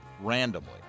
Randomly